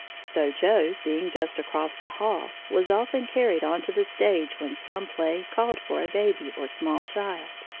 so joe, being just across the hall, was often carried on to the stage when some play called for a baby or small child.